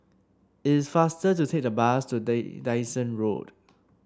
it's faster to take the bus to Dyson Road